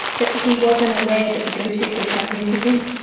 but he wasn't aware that the bluetooth would suddenly kick in.